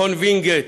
וינגייט),